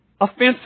offensive